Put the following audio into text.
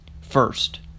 First